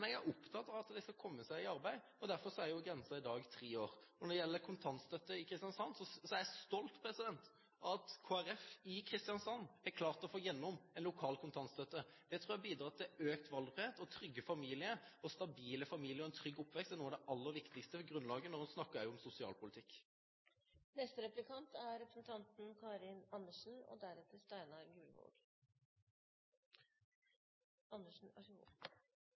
jeg er opptatt av at foreldre skal komme seg i arbeid, og derfor er grensen i dag tre år. Når det gjelder kontantstøtte i Kristiansand, er jeg stolt av at Kristelig Folkeparti i Kristiansand har klart å få gjennom lokal kontantstøtte. Det tror jeg bidrar til økt valgfrihet og trygge familier, og stabile familier og en trygg oppvekst er noe av det aller viktigste grunnlaget når en snakker om sosialpolitikk. Kristelig Folkeparti er